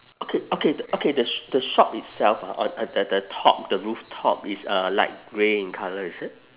okay okay okay the the shop itself ah at the the top the rooftop is uh light grey colour is it